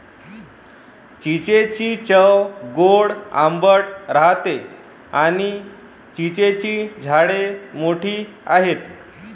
चिंचेची चव गोड आंबट राहते आणी चिंचेची झाडे मोठी आहेत